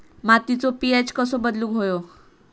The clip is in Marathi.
मातीचो पी.एच कसो बदलुक होयो?